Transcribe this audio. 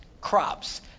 crops